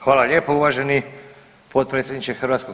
Hvala lijepo uvaženi potpredsjedniče HS.